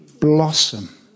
blossom